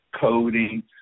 coding